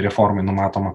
reformai numatoma